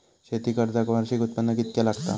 शेती कर्जाक वार्षिक उत्पन्न कितक्या लागता?